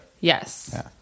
Yes